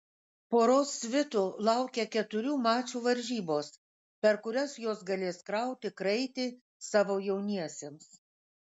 poros svitų laukia keturių mačų varžybos per kurias jos galės krauti kraitį savo jauniesiems